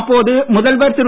அப்போது முதல்வர் திரு